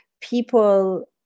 people